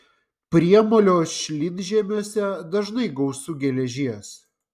priemolio šlynžemiuose dažnai gausu geležies